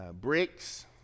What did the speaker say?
bricks